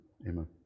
Amen